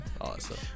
awesome